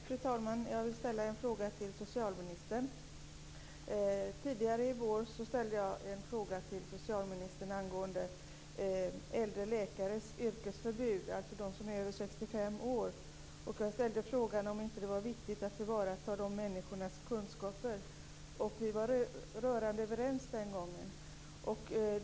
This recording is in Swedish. Fru talman! Jag vill ställa en fråga till socialministern. Tidigare i vår ställde jag en fråga till socialministern angående äldre läkares yrkesförbud, alltså de läkare som är äldre än 65 år. Jag frågade om det inte var viktigt att tillvarata dessa människors kunskaper. Vi var rörande överens den gången.